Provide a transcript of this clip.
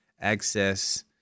access